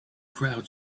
crowd